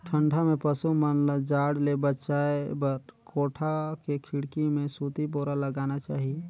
ठंडा में पसु मन ल जाड़ ले बचाये बर कोठा के खिड़की में सूती बोरा लगाना चाही